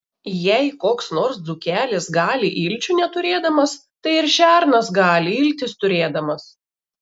jei koks nors dzūkelis gali ilčių neturėdamas tai ir šernas gali iltis turėdamas